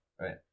right